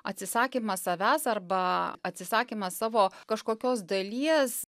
atsisakymas savęs arba atsisakymas savo kažkokios dalies